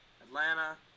Atlanta